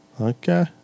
Okay